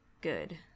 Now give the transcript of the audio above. good